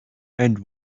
and